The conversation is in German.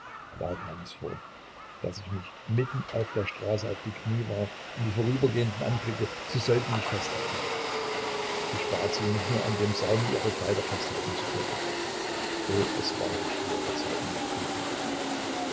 da kam es vor daß ich mich mitten auf der straße auf die knie warf und die vorübergehenden anflehte sie sollten mich festhalten ich bat sie mich nur an dem saume ihrer kleider festhalten zu dürfen oh es waren schwere zeiten der prüfung